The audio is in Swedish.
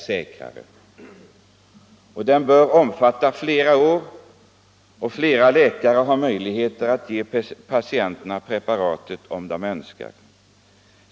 Den undersökningen bör omfatta flera år, och flera läkare bör ha möjlighet att ge patienterna preparatet om dessa så önskar.